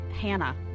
Hannah